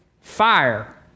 fire